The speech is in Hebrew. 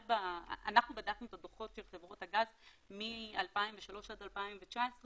אנחנו בדקנו את הדוחות של חברות הגז מ-2003 עד 2019,